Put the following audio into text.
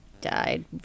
died